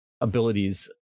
abilities